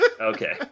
Okay